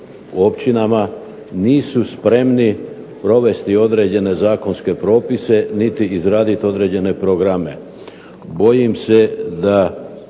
o općinama, nisu spremni provesti određene zakonske propise niti izradit određene programe. Bojim se da